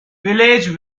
village